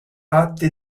atti